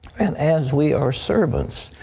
and as we are servants,